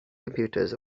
computers